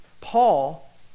Paul